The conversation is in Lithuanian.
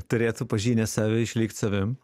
turėtų pažinęs save išlikt savim